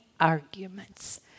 Arguments